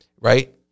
right